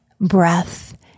breath